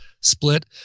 split